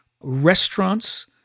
restaurants